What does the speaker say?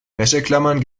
wäscheklammern